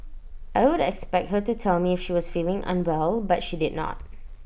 I would expect her to tell me she was feeling unwell but she did not